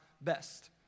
best